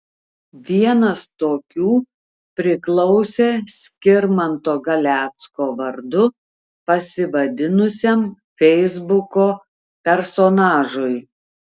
vienas tokių priklausė skirmanto galecko vardu pasivadinusiam feisbuko personažui